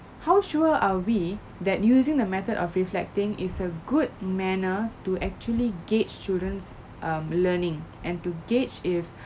how sure are we that using the method of reflecting is a good manner to actually gauge children's um learning and to gauge if